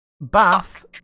Bath